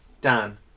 Dan